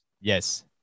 Yes